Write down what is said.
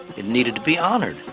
it needed to be honored,